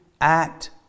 act